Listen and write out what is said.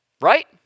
right